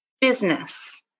Business